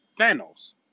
Thanos